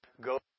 go